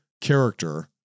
character